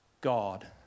God